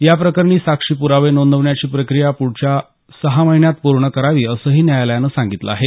या प्रकरणी साक्षी प्रावे नोंदवण्याची प्रक्रिया पुढच्या सहा महिन्यात पूर्ण करावी असंही न्यायालयानं सांगितलं आहे